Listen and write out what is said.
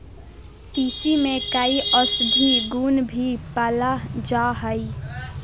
तीसी में कई औषधीय गुण भी पाल जाय हइ